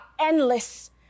endless